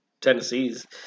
Tennessee's